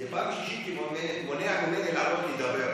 זו פעם שלישית שהוא מנע ממני לעלות לדבר,